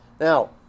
Now